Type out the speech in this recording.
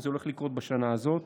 וזה הולך לקרות בשנה הזאת.